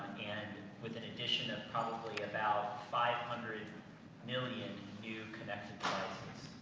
and with an addition of probably about five hundred million new connected